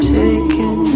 taken